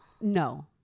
No